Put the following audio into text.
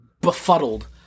befuddled